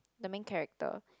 the main character